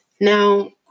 Now